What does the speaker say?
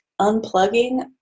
unplugging